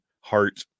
heart